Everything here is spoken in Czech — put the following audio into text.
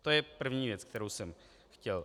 To je první věc, kterou jsem chtěl.